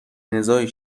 نزاعی